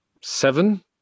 seven